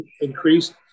increased